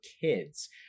kids